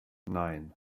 nein